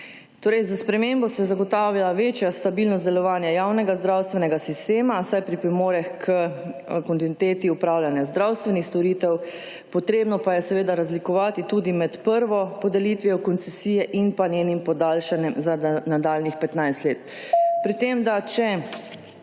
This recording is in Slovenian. Torej, s spremembo se zagotavlja večja stabilnost delovanja javnega zdravstvenega sistema, saj pripomore k kontinuiteti opravljanja zdravstvenih storitev, potrebno pa je seveda razlikovati tudi med prvo podelitvijo koncesije in pa njenim podaljšanjem za nadaljnjih 15 let.